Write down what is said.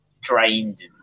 drained